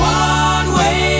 one-way